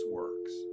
works